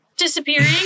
disappearing